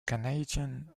canadian